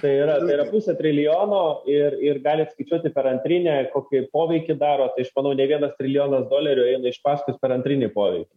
tai yra tai yra pusė trilijono ir ir galit skaičiuoti per antrinę kokį poveikį daro tai aš manau ne vienas trilijonas dolerių eina iš paskos per antrinį poveikį